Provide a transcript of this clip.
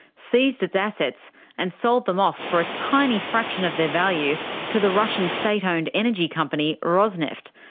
seized its assets and sold them off for a tiny fraction of their value to the russian state-owned energy company, rosneft,